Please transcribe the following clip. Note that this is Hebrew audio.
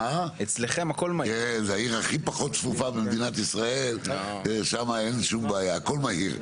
כן זה העיר הכי פחות צפופה במדינת ישראל שמה אין שום בעיה הכל מהיר,